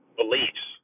beliefs